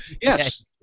yes